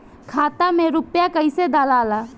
खाता में रूपया कैसे डालाला?